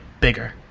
bigger